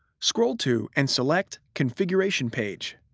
scroll to and select configuration page.